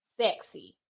sexy